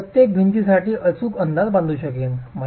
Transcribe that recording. मी प्रत्येक भिंतीसाठी अचूक अंदाज बांधू शकेन